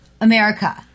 America